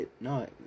no